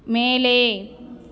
மேலே